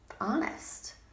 honest